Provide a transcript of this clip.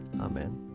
Amen